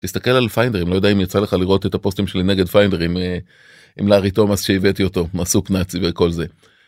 תסתכל על פיינדרים לא יודע אם יצא לך לראות את הפוסטים שלי נגד פיינדרים עם לארי תומאס שהבאתי אותו מסוק נאצי וכל זה.